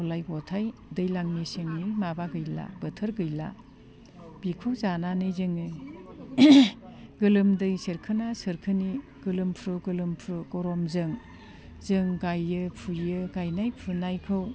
गलाय गथाय दैज्लां मेसेंनि माबा गैला बोथोर गैला बिखौ जानानै जोङो गोलोमदै सेरखोना सेरखोनि गोलोमफ्रु गोलोमफ्रु गरमजों जों गायो फुयो गायनाय फुनायखौ